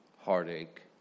Heartache